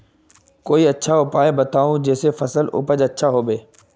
कोई अच्छा उपाय बताऊं जिससे फसल उपज अच्छा होबे